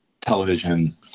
television